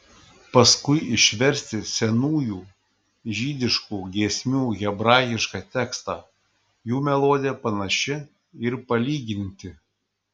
paskui išversti senųjų žydiškų giesmių hebrajišką tekstą jų melodija panaši ir palyginti